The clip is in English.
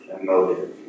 emotive